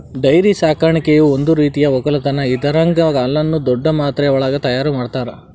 dairy ಸಾಕಾಣಿಕೆಯು ಒಂದ್ ರೀತಿಯ ಒಕ್ಕಲತನ್ ಇದರಾಗ್ ಹಾಲುನ್ನು ದೊಡ್ಡ್ ಮಾತ್ರೆವಳಗ್ ತೈಯಾರ್ ಮಾಡ್ತರ